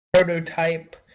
prototype